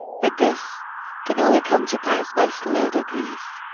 but this can only come to pass by slow degrees,